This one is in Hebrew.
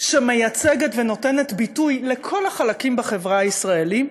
שמייצגת ונותנת ביטוי לכל החלקים בחברה הישראלית,